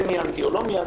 כן מיינתי, או לא מיינתי.